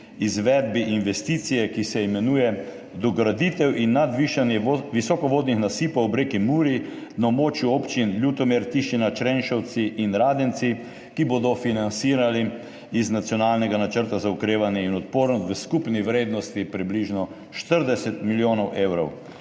izvedbi investicije, ki se imenuje Dograditev in nadvišanje visokovodnih nasipov ob reki Muri na območju občin Ljutomer, Tišina, Črenšovci in Radenci, ki bodo financirani iz Nacionalnega načrta za okrevanje in odpornost, v skupni vrednosti približno 40 milijonov evrov.